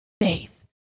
faith